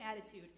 attitude